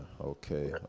Okay